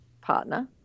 partner